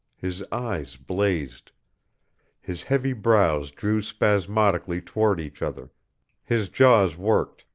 his eyes blazed his heavy brows drew spasmodically toward each other his jaws worked,